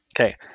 okay